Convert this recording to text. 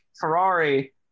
Ferrari